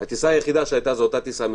לשם טיסות.